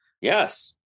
Yes